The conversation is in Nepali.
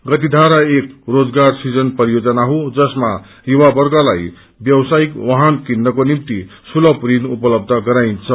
गतिधारा एक रोजगार सृजन परियोजना हो जसमा युवावर्गलाई व्यवसायिक वाहन किन्नको निम्ति सुलभ ऋण उपलब्ध गराइन्द